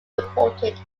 reported